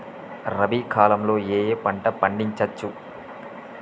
రబీ కాలంలో ఏ ఏ పంట పండించచ్చు?